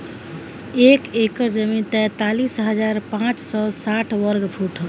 एक एकड़ जमीन तैंतालीस हजार पांच सौ साठ वर्ग फुट ह